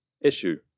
issue